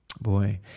Boy